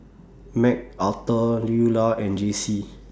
Mcarthur Luella and Jacey